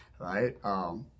right